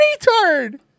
retard